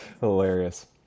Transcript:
Hilarious